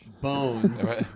bones